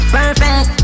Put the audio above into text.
Perfect